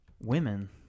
women